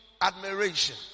admiration